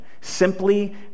simply